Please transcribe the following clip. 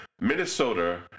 Minnesota